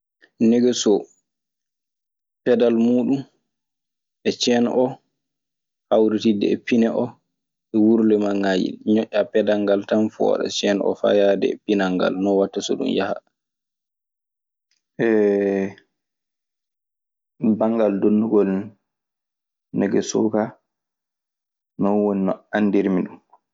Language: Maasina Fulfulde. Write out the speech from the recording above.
Negeso pedal muuɗum e seen oo hawritidde e pine oo e wurulemanŋaaji. ñoƴƴaa pedal tan fooɗa seen oo faa yaade e pinal ngal. non watta so ɗum yaha. Banngal donnugol negesoo ka, non woni no anndirmi ɗun.